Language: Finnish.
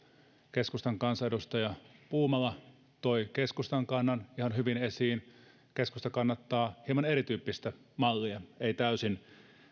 keskustan kansanedustaja puumala toi keskustan kannan ihan hyvin esiin keskusta kannattaa hieman erityyppistä mallia ei täysin